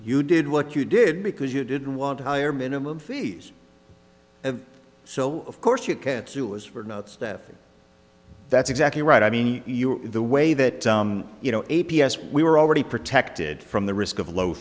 you did what you did because you didn't want higher minimum fees so of course you can't sue is for not staffing that's exactly right i mean the way that you know a p s we were already protected from the risk of low